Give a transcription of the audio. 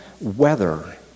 weather